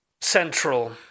Central